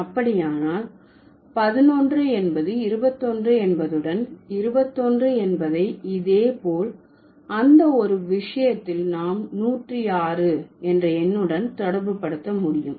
அப்படியானால் பதினொன்று என்பது இருபத்தொன்று என்பதுடன் இருபத்தொன்று என்பதை இதே போல் அந்த ஒரு விஷயத்தில் நாம் நூற்றிஆறு என்ற எண்ணுடன் தொடர்பு படுத்த முடியும்